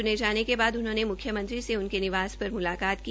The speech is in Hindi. चुने जाने के बाद उन्होंने मुख्यमंत्री से उनके निवास पर मुलाकात की